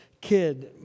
kid